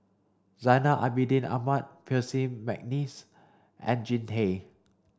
Zainal Abidin Ahmad Percy McNeice and Jean Tay